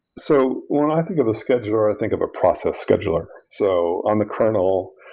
so when i think of a scheduler, i think of a process scheduler. so on the kernel,